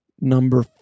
number